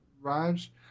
Raj